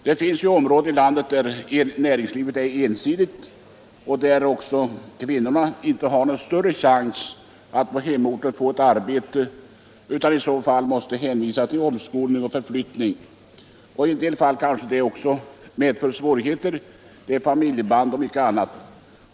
Det finns områden i landet där näringslivet är ensidigt och där kvinnorna inte har någon större chans att få ett arbete på hemorten utan i så fall är hänvisade till omskolning och förflyttning. I en del fall kanske detta också medför 99 svårigheter; jag tänker på familjeband och mycket annat.